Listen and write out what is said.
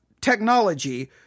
technology